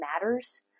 matters